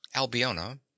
albiona